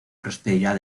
prosperidad